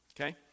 okay